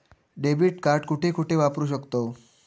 Debit card कुठे कुठे वापरू शकतव?